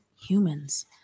humans